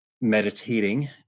meditating